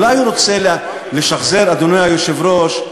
אולי הוא רוצה לשחזר, אדוני היושב-ראש,